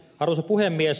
arvoisa puhemies